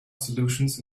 solutions